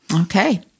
Okay